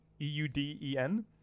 E-U-D-E-N